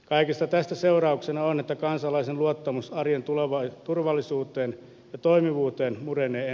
kaikesta tästä seurauksena on että kansalaisen luottamus arjen tuloa vai turvallisuuteen ja toimivuuteen murenee